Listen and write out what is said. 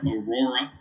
Aurora